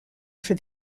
for